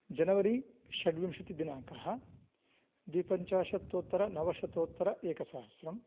जनवरि षड्विंशतिदिनाङ्कः द्विपञ्चाशतोत्तरनवशतोत्तर एकसहस्रम्